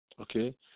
Okay